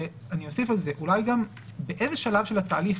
ואני אוסיף על זה - אולי גם באיזה שלב של התהליך,